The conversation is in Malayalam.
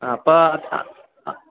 ആ അപ്പോൾ ആ ആ